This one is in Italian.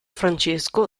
francesco